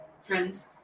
Friends